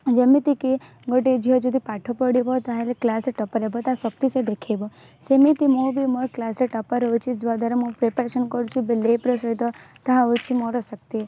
ଯେମିତି କି ଗୋଟେ ଝିଅ ଯଦି ପାଠ ପଢ଼ିବ ତା'ହେଲେ କ୍ଲାସ୍ରେ ଟପ୍ପର୍ ହେବ ତା ଶକ୍ତି ସିଏ ଦେଖାଇବ ସେମିତି ମୁଁ ବି ମୋ କ୍ଲାସ୍ରେ ଟପ୍ପର୍ ହେଉଛି ଯାଦ୍ୱାରା ମୁଁ ପ୍ରିପ୍ୟାରେସନ୍ କରୁଛି ବିଲିଭ୍ର ସହିତ ତାହା ହେଉଛି ମୋର ଶକ୍ତି